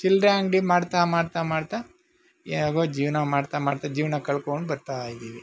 ಚಿಲ್ಲರೆ ಅಂಗಡಿ ಮಾಡ್ತಾ ಮಾಡ್ತಾ ಮಾಡ್ತಾ ಹೇಗೋ ಜೀವನ ಮಾಡ್ತಾ ಮಾಡ್ತಾ ಜೀವನ ಕಳ್ಕೊಂಡು ಬರ್ತಾ ಇದ್ದೀವಿ